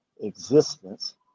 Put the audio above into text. existence